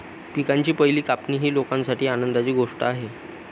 पिकांची पहिली कापणी ही लोकांसाठी आनंदाची गोष्ट आहे